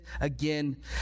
again